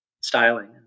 styling